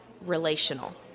relational